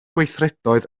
gweithredoedd